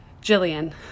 Jillian